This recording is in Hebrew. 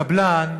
הקבלן,